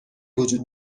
وجود